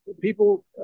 people